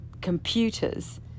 computers